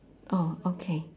oh okay